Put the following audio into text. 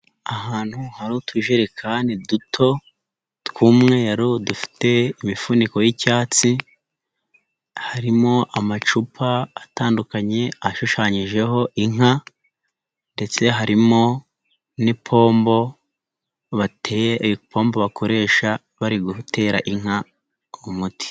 Ahantu hari utujerekani duto tw'umweru dufite imifuniko y'icyatsi, harimo amacupa, atandukanye ashushanyijeho inka, ndetse harimo n'ipombo bateye ipombo bakoresha bari gutera inka umuti.